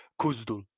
Kuzdul